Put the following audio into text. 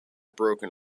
broken